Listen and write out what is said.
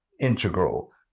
integral